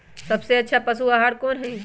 सबसे अच्छा पशु आहार कोन हई?